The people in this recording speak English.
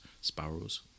sparrows